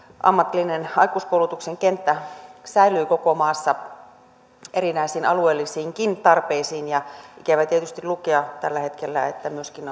ammatillisen aikuiskoulutuksen kenttä säilyy koko maassa erinäisiin alueellisiinkin tarpeisiin on ikävä tietysti lukea tällä hetkellä että myöskin